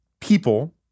people